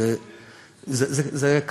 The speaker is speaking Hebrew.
איפה זה עומד?